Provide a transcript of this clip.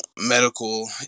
medical